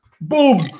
Boom